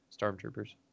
Stormtroopers